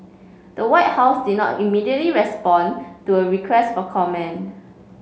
the White House did not immediately respond to a request for comment